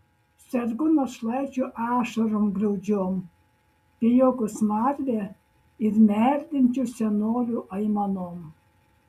sergu našlaičių ašarom graudžiom pijokų smarve ir merdinčių senolių aimanom